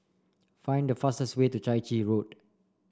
find the fastest way to Chai Chee Road